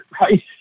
right